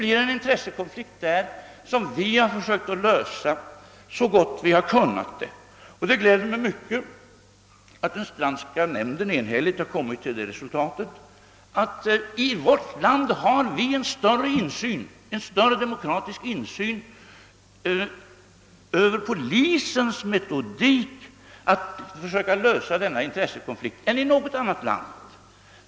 Vi har försökt att lösa den intressekonflikten så gott vi kunnat, och det gläder mig mycket att den Strandska nämnden enhälligt har kommit till det resultatet att vi här i landet har en större demokratisk insyn över polisens metoder att lösa den intressekonflikten än man har i något annat land.